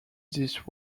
this